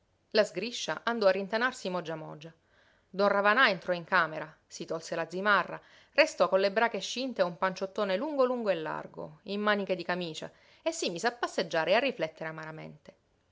la sgriscia andò a rintanarsi mogia mogia don ravanà entrò in camera si tolse la zimarra restò con le brache scinte e un panciottone lungo lungo e largo in maniche di camicia e si mise a passeggiare e a riflettere amaramente